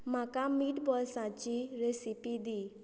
म्हाका मिटबॉल्साची रेसिपी दी